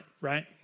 right